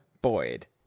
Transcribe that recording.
Boyd